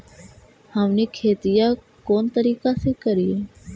हमनी खेतीया कोन तरीका से करीय?